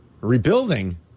Rebuilding